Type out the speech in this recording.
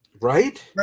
Right